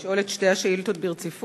לשאול את שתי השאילתות ברציפות?